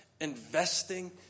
investing